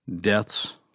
deaths